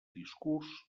discurs